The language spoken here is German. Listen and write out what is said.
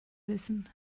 wissen